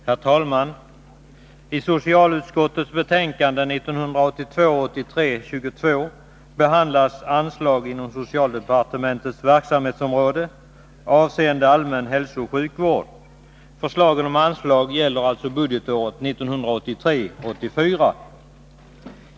Herr talman! I socialutskottets betänkande 1982 84.